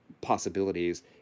possibilities